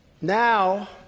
Now